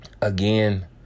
Again